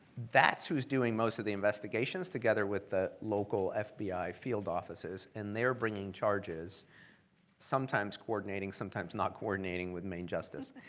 that's whose doing most of the investigations together with the local fbi field officers, and they're bringing charges sometimes coordinating, sometimes not coordinating with main justice.